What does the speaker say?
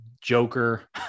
joker